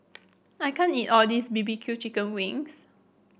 I can't eat all this B B Q Chicken Wings